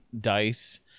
dice